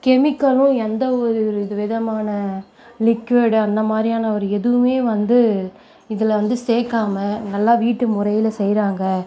கெமிக்கலும் எந்த ஒரு விதமான லிக்கியூடு அந்தமாதிரியான ஒரு எதுவும் வந்து இதில் வந்து சேர்க்காம நல்லா வீட்டு முறையில் செய்கிறாங்க